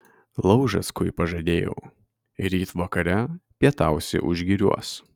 laužackui pažadėjau ryt vakare pietausi užgiriuos